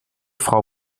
frau